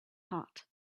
hot